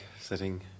sitting